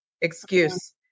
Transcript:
Excuse